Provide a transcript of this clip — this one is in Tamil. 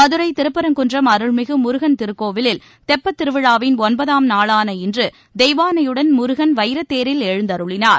மதுரை திருபரங்குன்றம் அருள்மிகு முருகன் திருக்கோயிலில் தெப்பத் திருவிழாவின் ஒன்பதாம் நாளான இன்று தெய்வானையுடன் முருகன் வைரத்தேரில் எழுந்தருளினார்